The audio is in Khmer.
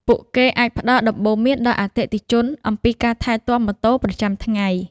ពួកគេអាចផ្តល់ដំបូន្មានដល់អតិថិជនអំពីការថែទាំម៉ូតូប្រចាំថ្ងៃ។